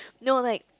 no like